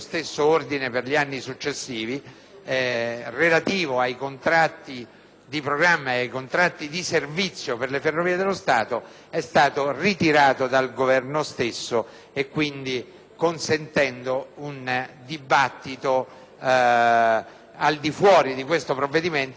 successivi, relativa ai contratti di programma e ai contratti di servizio per le Ferrovie dello Stato, è stata ritirata dal Governo stesso, consentendo quindi un dibattito al di fuori di questo provvedimento relativo all'utilizzo dei fondi FAS.